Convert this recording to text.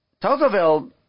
Tocqueville